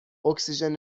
اکسیژن